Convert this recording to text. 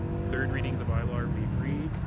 third reading of the bylaw are we agreed?